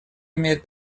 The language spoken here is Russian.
имеет